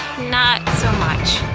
not so much,